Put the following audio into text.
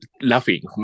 laughing